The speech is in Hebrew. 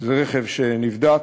זה רכב שנבדק.